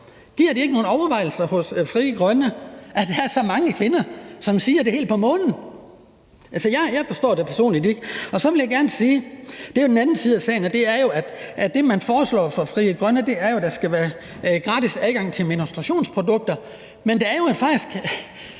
Giver det ikke nogle overvejelser hos Frie Grønne, at der er så mange kvinder, som siger, at det er helt på månen? Jeg forstår det personligt ikke. Så vil jeg gerne sige, og det er jo den anden side af sagen, at man foreslår fra Frie Grønne side, at der skal være gratis adgang til menstruationsprodukter, men der er jo faktisk